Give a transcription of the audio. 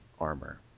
armor